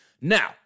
Now